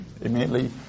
immediately